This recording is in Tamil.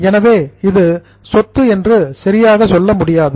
எனவே இது சொத்து என்று சரியாக சொல்ல முடியாது